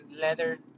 leather